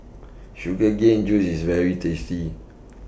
Sugar Cane Juice IS very tasty